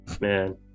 man